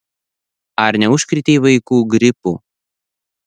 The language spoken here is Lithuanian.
ar neužkrėtei vaikų gripu